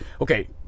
Okay